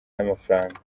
n’amafaranga